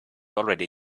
already